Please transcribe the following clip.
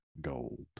Gold